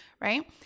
right